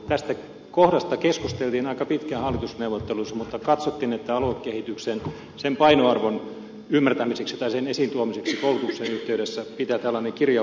tästä kohdasta keskusteltiin aika pitkään hallitusneuvotteluissa mutta katsottiin että aluekehityksen sen painoarvon ymmärtämiseksi tai sen esiintuomiseksi koulutuksen yhteydessä pitää tällainen kirjaus sinne laittaa